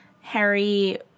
Harry